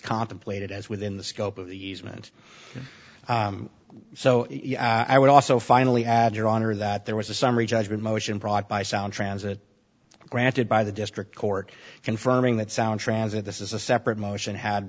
contemplated as within the scope of the easement so i would also finally add your honor that there was a summary judgment motion brought by sound transit granted by the district court confirming that sound transit this is a separate motion had